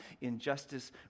injustice